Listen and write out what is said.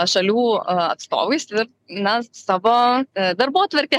šalių a atstovais ir na savo darbotvarkę